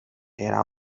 era